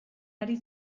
ari